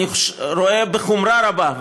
אני רואה בחומרה רבה,